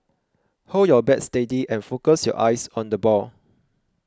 hold your bat steady and focus your eyes on the ball